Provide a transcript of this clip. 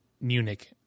Munich